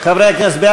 רויטל סויד,